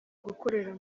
gukorera